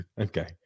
Okay